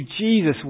Jesus